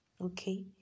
Okay